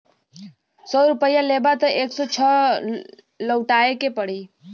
सौ रुपइया लेबा त एक सौ छह लउटाए के पड़ी